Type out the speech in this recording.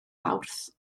mawrth